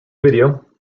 video